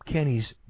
Kenny's